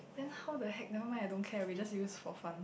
then how the hack never mind I don't care we just use for fun